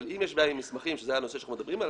אבל אם יש בעיה עם מסמכים שזה הנושא עליו אנחנו מדברים,